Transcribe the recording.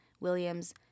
Williams